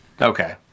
Okay